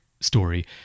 story